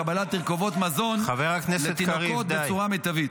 קבלת תרכובות מזון לתינוקות בצורה מיטבית.